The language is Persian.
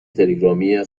تلگرامی